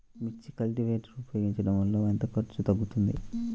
మిర్చి కల్టీవేటర్ ఉపయోగించటం వలన ఎంత ఖర్చు తగ్గుతుంది?